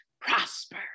prosper